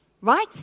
right